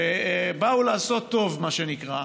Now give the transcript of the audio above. שבאו לעשות טוב, מה שנקרא,